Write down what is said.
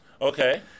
Okay